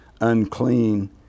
unclean